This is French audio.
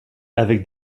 avec